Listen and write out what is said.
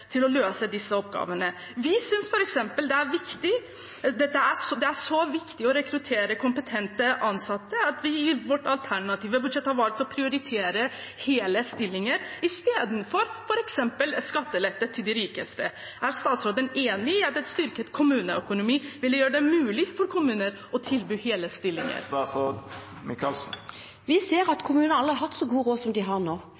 oppgavene. Vi synes det er så viktig å rekruttere kompetente ansatte at vi i vårt alternative budsjett har valgt å prioritere hele stillinger i stedet for f.eks. skattelette til de rikeste. Er statsråden enig i at en styrket kommuneøkonomi ville gjøre det mulig for kommuner å tilby hele stillinger? Vi ser at kommunene aldri har hatt så god råd som de har nå.